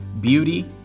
Beauty